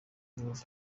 rubavu